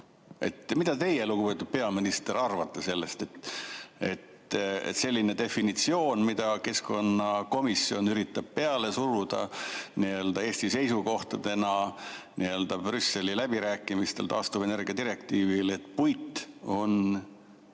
Mida teie, lugupeetud peaminister, arvate sellest, sellisest definitsioonist, mida keskkonnakomisjon üritab peale suruda Eesti seisukohana Brüsselis läbirääkimistel taastuvenergia direktiivi üle, et puit on